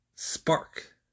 Spark